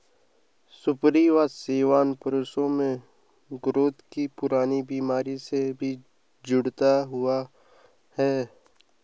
सुपारी का सेवन पुरुषों में गुर्दे की पुरानी बीमारी से भी जुड़ा हुआ है